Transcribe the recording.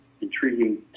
intriguing